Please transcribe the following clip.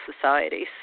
societies